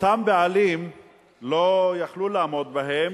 לא יכולים לעמוד בהם,